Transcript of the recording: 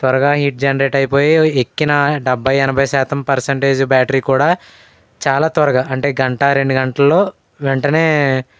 త్వరగా heat generate అయిపోయి ఎక్కిన డెబ్భై ఎనభై శాతం పర్సంటేజ్ బ్యాటరీ కూడా చాలా త్వరగా అంటే గంట రెండు గంటలలో వెంటనే